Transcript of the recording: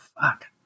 fuck